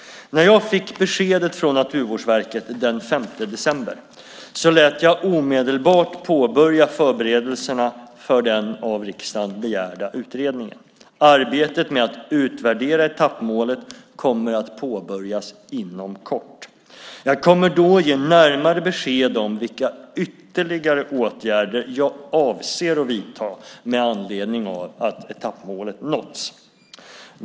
När jag fick beskedet från Naturvårdsverket den 5 december lät jag omedelbart påbörja förberedelserna för den av riksdagen begärda utredningen. Arbetet med att utvärdera etappmålet kommer att påbörjas inom kort. Jag kommer då att ge närmare besked om vilka ytterligare åtgärder jag avser att vidta med anledning av att etappmålet nåtts.